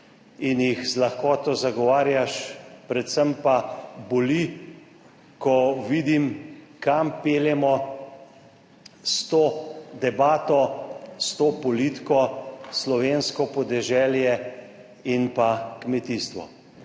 in jih z lahkoto zagovarjaš, predvsem pa boli, ko vidim kam peljemo s to debato, s to politiko slovensko podeželje in pa kmetijstvo.